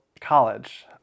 college